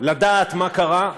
לדעת מה קרה,